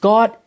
God